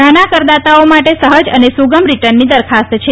નાના કરદાતાઓ માટે સહજ અને સુગમ રિટર્નની દરખાસ્ત છે